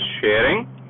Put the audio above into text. sharing